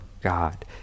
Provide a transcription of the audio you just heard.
God